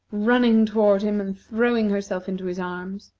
running toward him, and throwing herself into his arms.